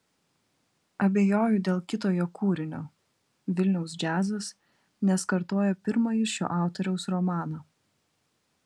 abejoju dėl kito jo kūrinio vilniaus džiazas nes kartoja pirmąjį šio autoriaus romaną